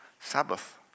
Sabbath